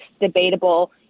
debatable